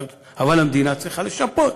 אבל המדינה צריכה לשפות.